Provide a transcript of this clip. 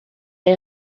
est